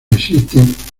existen